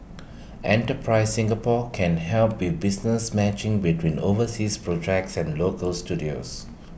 enterprise Singapore can help be business matching between overseas projects and local studios